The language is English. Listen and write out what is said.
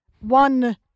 one